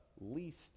least